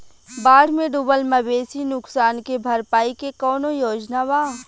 बाढ़ में डुबल मवेशी नुकसान के भरपाई के कौनो योजना वा?